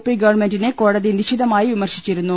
P ഗവൺമെന്റിനെ കോടതി നിശിത മായി വിമർശിച്ചിരുന്നു